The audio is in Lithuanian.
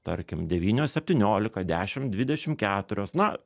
tarkim devynios septyniolika dešim dvidešim keturios na